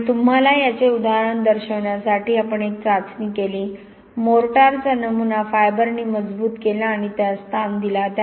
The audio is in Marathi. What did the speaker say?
आणि तुम्हाला याचे उदाहरण दर्शविण्यासाठी आपण एक चाचणी केली मोर्टारचा नमुना तंतूंनी मजबूत केला आणि त्यास ताण दिला